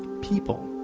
people,